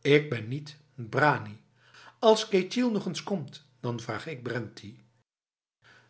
ik ben niet branials ketjil nog eens komt dan vraag ik brenti